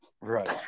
Right